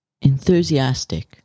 Enthusiastic